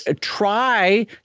try